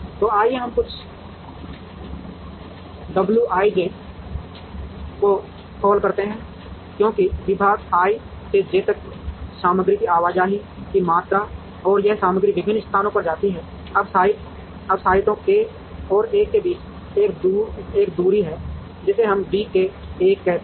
तो आइए हम कुछ wij को कॉल करते हैं क्योंकि विभाग i से j तक सामग्री की आवाजाही की मात्रा और यह सामग्री विभिन्न स्थानों पर जाती है अब साइटों k और l के बीच एक दूरी है जिसे हम dk l कहते हैं